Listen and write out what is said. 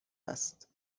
است